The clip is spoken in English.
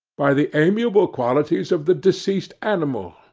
by the amiable qualities of the deceased animal,